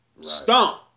Stomp